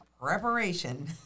preparation